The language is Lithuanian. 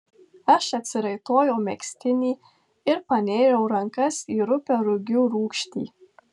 aš atsiraitojau megztinį ir panėriau rankas į rupią rugių rūgštį